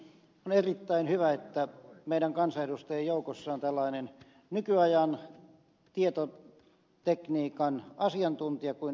on erittäin hyvä että meidän kansanedustajien joukossa on tällainen nykyajan tietotekniikan asiantuntija kuin ed